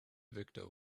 victor